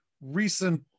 recent